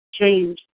Change